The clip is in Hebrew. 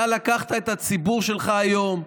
אתה לקחת את הציבור שלך היום,